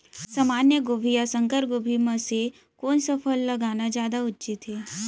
सामान्य गोभी या संकर गोभी म से कोन स फसल लगाना जादा उचित हे?